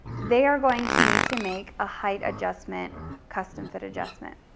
they are going to need to make a height adjustment custom fit adjustment.